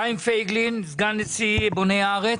חיים פייגלין, סגן נשיא בוני הארץ.